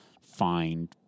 find